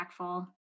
impactful